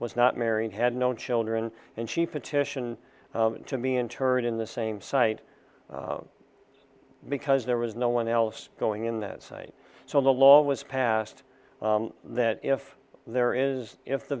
was not married had no children and she petition to be interred in the same site because there was no one else going in that site so the law was passed that if there is if the